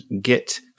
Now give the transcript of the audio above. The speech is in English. get